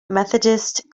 methodist